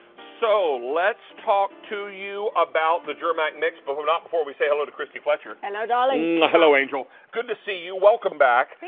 so, let's talk to you about the germack mix, but not before we say hello to christy fletcher. hello, darling! hello, angel. good to see you. welcome back.